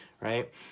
right